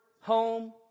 home